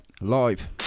live